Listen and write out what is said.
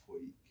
week